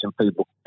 people